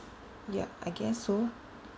yup I guess so